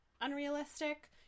unrealistic